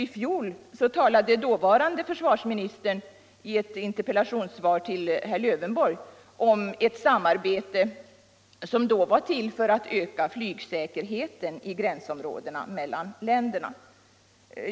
I fjol talade dåvarande försvarsministern i ett interpellationssvar till herr Lövenborg om ett samarbete som då var till för att öka flygsäkerheten i gränsområdena mellan länderna.